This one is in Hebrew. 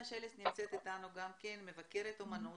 מבקרת אומנות,